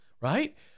right